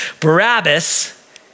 Barabbas